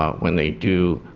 ah when they do